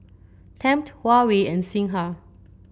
Tempt Huawei and Singha